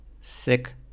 sick